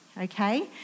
okay